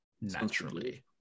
naturally